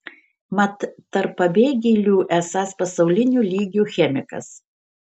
mat tarp pabėgėlių esąs pasaulinio lygio chemikas